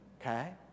Okay